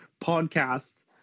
podcasts